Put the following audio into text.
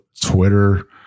Twitter